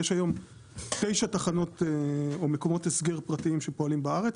יש היום תשע תחנות או מקומות הסגר פרטיים שפועלים בארץ.